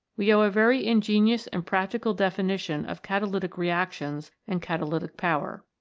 we owe a very ingenious and practical definition of catalytic reactions and catalytic power.